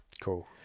Cool